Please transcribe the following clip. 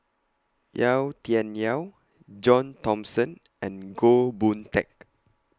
Yau Tian Yau John Thomson and Goh Boon Teck